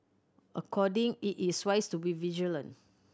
according it is wise to be vigilant